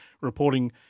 reporting